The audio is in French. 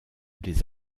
les